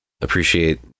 appreciate